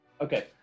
okay